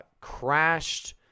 crashed